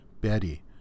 Betty